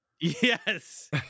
yes